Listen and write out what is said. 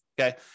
okay